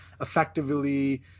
effectively